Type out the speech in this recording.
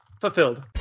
fulfilled